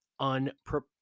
unprepared